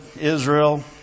Israel